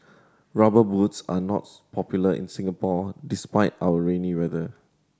Rubber Boots are not popular in Singapore despite our rainy weather